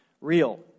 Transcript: real